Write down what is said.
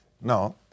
No